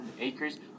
acres